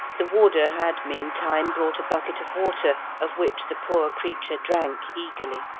the warder had meantime brought a bucket of water, of which the poor creature drank eagerly.